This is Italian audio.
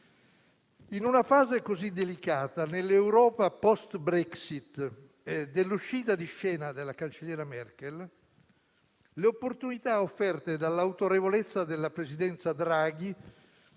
In una fase così delicata, nell'Europa post-Brexit e con l'uscita di scena della cancelliera Merkel, le opportunità offerte dall'autorevolezza della Presidenza Draghi